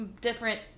different